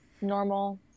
normal